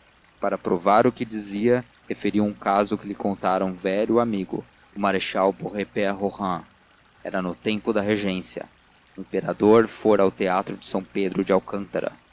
para provar o que dizia referiu um caso que lhe contara um velho amigo o marechal beaurepaire rohan era no tempo da regência o imperador fora ao teatro de são pedro de alcântara